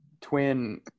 twin